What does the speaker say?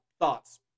Thoughts